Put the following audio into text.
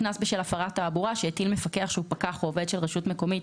קנס בשל הפרת תעבורה שהטיל מפקח שהוא פקח או עובד של רשות מקומית,